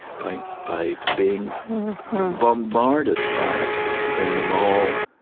by by being bombarded by it in the mall,